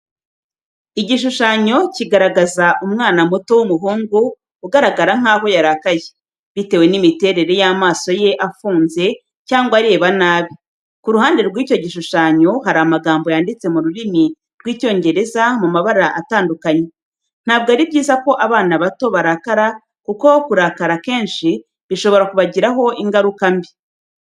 Igishushanyo kigaragaza umwana muto w'umuhungu ugaragara nkaho yarakaye, bitewe n'imiterere y'amaso ye afunze cyangwa areba nabi. Ku ruhande rw'icyo gishushanyo, hari amagambo yanditse mu rurimi rw'Icyongereza mu mabara atandukanye. Ntabwo ari byiza ko abana bato barakara kuko kurakara kenshi bishobora kubagiraho ingaruka mbi.